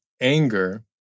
anger